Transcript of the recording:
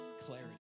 clarity